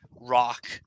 rock